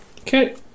Okay